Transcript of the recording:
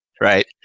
right